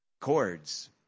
chords